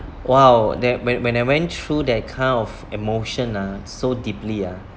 !wow! that when when I went through that kind of emotion ah so deeply ah